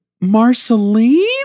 Marceline